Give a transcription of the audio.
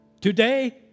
today